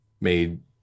made